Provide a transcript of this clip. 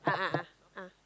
a'ah a'ah ah